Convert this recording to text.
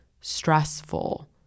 stressful